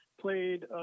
played